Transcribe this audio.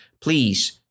please